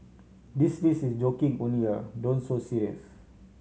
this list is joking only don't so serious